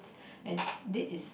and this is